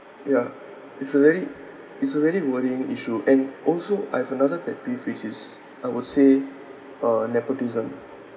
ya it's a very it's a very worrying issue and also I've another pet peeve which is I would say uh nepotism